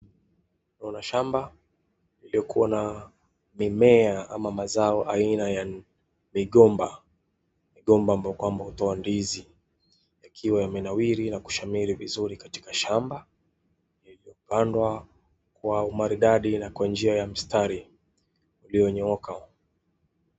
Kuna shamba iliokua na mimea ama mazao aina ya migomba, migomba mbao kwamba hutoa ndizi yakiwa yamenawiri na kushamiri vizuri katika shamba iliyopandwa kwa maridadi na kwa njia ya mstari ulionyooka.